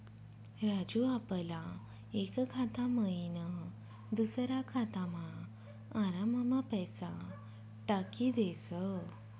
राजू आपला एक खाता मयीन दुसरा खातामा आराममा पैसा टाकी देस